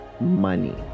money